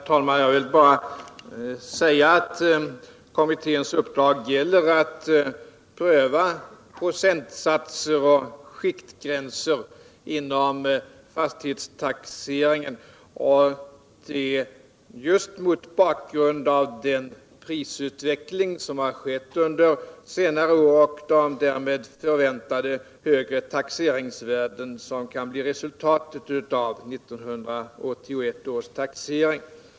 Herr talman! Jag vill bara säga att kommitténs uppdrag gäller att pröva procentsatser och skiktgränser inom fastighetstaxeringen, mot bakgrund av den prisutveckling som har skett under senare år och därmed förväntade högre taxeringsvärden som kan bli resultatet av 1981 års taxering.